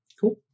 Cool